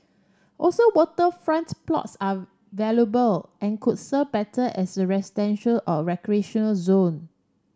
also waterfronts plots are valuable and could serve better as the residential or recreational zone